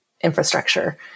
infrastructure